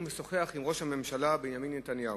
משוחח עם ראש הממשלה בנימין נתניהו.